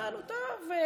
אמרנו: טוב,